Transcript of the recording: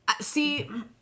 See